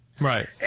Right